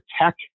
Tech